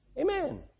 Amen